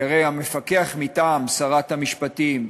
כי הרי המפקח מטעם שרת המשפטים,